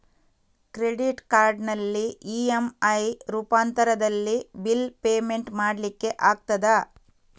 Credit ಕಾರ್ಡಿನಲ್ಲಿ EMI ರೂಪಾಂತರದಲ್ಲಿ bill payment ಮಾಡ್ಲಿಕ್ಕೆ ಆಗ್ತದ?